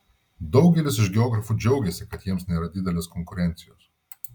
daugelis iš geografų džiaugiasi kad jiems nėra didelės konkurencijos